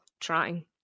trying